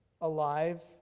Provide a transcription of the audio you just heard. alive